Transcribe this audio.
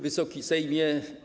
Wysoki Sejmie!